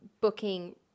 booking